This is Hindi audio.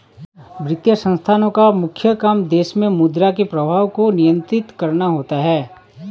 वित्तीय संस्थानोँ का मुख्य काम देश मे मुद्रा के प्रवाह को नियंत्रित करना होता है